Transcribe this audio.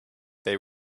they